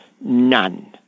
none